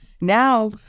Now